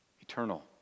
eternal